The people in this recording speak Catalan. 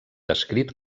descrit